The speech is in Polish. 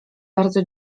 bardzo